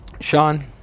Sean